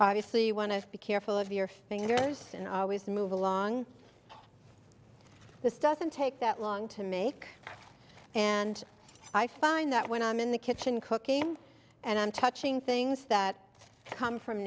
obviously you want to be careful of your fingers and always move along this doesn't take that long to make and i find that when i'm in the kitchen cooking and i'm touching things that come from